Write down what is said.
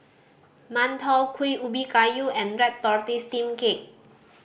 mantou Kuih Ubi Kayu and red tortoise steamed cake